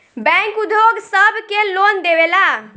bank उद्योग सब के लोन देवेला